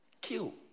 kill